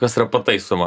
kas yra pataisoma